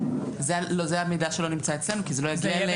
--- זה מידע שלא נמצא אצלנו כי זה לא הגיע אלינו.